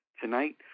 Tonight